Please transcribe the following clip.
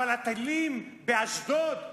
אבל הטילים באשדוד,